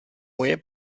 moje